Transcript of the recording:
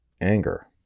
anger